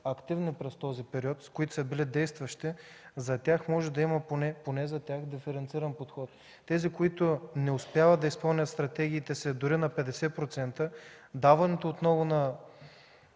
активни през този период, които са били действащи, поне за тях може да има диференциран подход. На тези, които не успяват да изпълнят стратегиите си дори на 50%, даването отново на